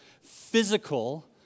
physical